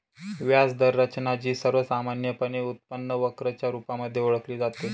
व्याज दर रचना, जी सर्वसामान्यपणे उत्पन्न वक्र च्या रुपामध्ये ओळखली जाते